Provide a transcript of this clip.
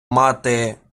мати